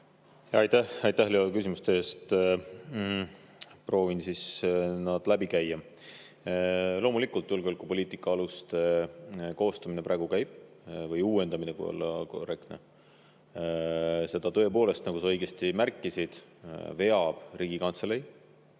Aitäh, Leo, küsimuste eest! Proovin siis nad läbi käia. Loomulikult, julgeolekupoliitika aluste koostamine praegu käib, või uuendamine, kui olla korrektne. Seda tõepoolest, nagu sa õigesti märkisid, veab Riigikantselei.